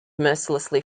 mercilessly